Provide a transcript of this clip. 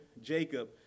Jacob